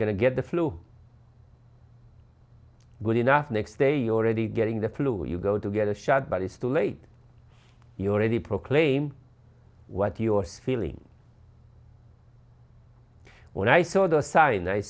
going to get the flu good enough next day already getting the flu you go to get a shot but it's too late you already proclaim what you're feeling when i saw the sign i